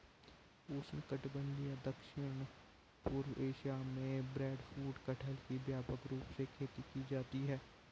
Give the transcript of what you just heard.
उष्णकटिबंधीय दक्षिण पूर्व एशिया में ब्रेडफ्रूट कटहल की व्यापक रूप से खेती की जाती है